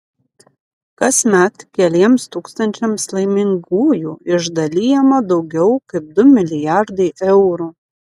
kasmet keliems tūkstančiams laimingųjų išdalijama daugiau kaip du milijardai eurų